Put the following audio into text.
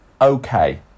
okay